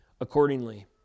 accordingly